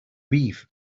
beef